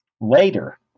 later